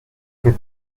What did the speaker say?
fait